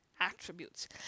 attributes